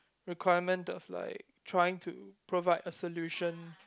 requirement of like trying to provide a solution